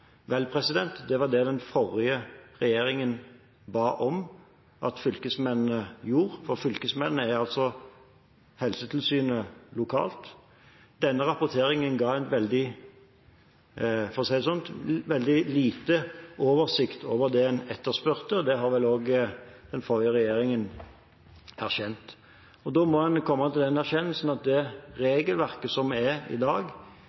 Vel, det var det den forrige regjeringen ba om at fylkesmennene gjorde, og fylkesmennene er altså Helsetilsynet lokalt. Denne rapporteringen ga en – for å si det sånn – veldig liten oversikt over det en etterspurte, og det har vel også den forrige regjeringen erkjent. Da må en komme til den erkjennelsen at det regelverket som er i dag,